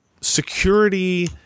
security